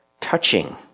touching